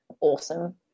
awesome